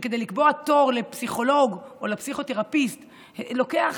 שכדי לקבוע תור לפסיכולוג או לפסיכותרפיסט לוקח